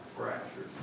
Fractured